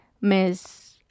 miss